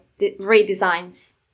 redesigns